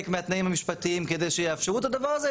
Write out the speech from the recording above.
מהתנאים המשפטיים כדי שיאפשרו את הדבר הזה.